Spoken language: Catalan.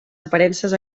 aparences